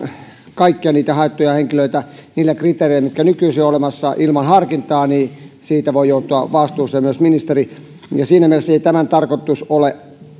kaikkia haettuja henkilöitä niillä kriteereillä mitkä nykyisin ovat olemassa ilman harkintaa niin siitä voi joutua vastuuseen myös ministeri ja siinä mielessä ei tämän tarkoitus ole